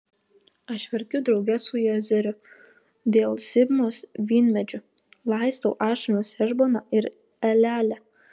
aš verkiu drauge su jazeru dėl sibmos vynmedžių laistau ašaromis hešboną ir elealę